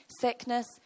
sickness